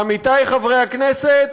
עמיתי חברי הכנסת,